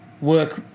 Work